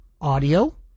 audio